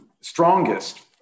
strongest